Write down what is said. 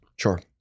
Sure